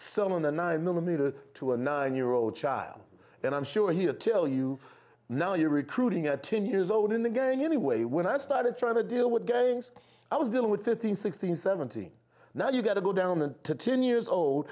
on the nine millimeter to a nine year old child and i'm sure here tell you now you're recruiting at ten years old and again anyway when i started trying to deal with gangs i was dealing with fifteen sixteen seventeen now you got to go down to ten years old